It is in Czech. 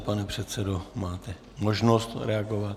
Pane předsedo, máte možnost reagovat.